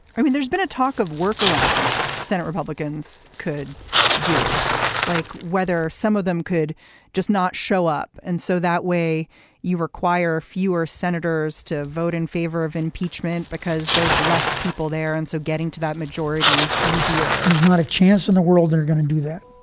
i mean, there's been a talk of work arounds. senate republicans could do like whether some of them could just not show up. and so that way you require fewer senators to vote in favor of impeachment because there's less people there. and so getting to that majority is easier there's not a chance in the world they're gonna do that.